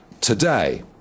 today